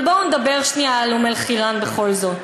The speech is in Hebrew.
אבל בואו נדבר שנייה על אום-אלחיראן בכל זאת,